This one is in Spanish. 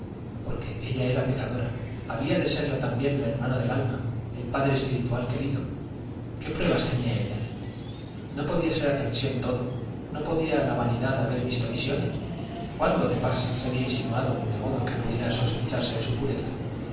verdad porque ella era pecadora había de serlo también el hermano de su alma el padre espiritual querido qué pruebas tenía ella no podía ser aprensión todo no podía la vanidad haber visto visiones cuándo de pas se había insinuado de modo que pudiera sospecharse de su pureza